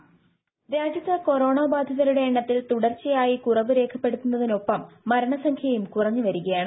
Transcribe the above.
voice രാജ്യത്ത് corona ബാധിതരുടെ എണ്ണത്തിൽ തുടർച്ചയായി കുറവ് രേഖപ്പെടുത്തുന്നതിനൊപ്പം മരണസംഖ്യയും കുറഞ്ഞുവരികയാണ്